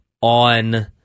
on